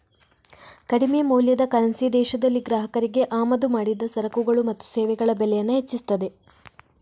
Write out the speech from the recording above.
ಕಡಿಮೆ ಮೌಲ್ಯದ ಕರೆನ್ಸಿ ದೇಶದಲ್ಲಿ ಗ್ರಾಹಕರಿಗೆ ಆಮದು ಮಾಡಿದ ಸರಕುಗಳು ಮತ್ತು ಸೇವೆಗಳ ಬೆಲೆಯನ್ನ ಹೆಚ್ಚಿಸ್ತದೆ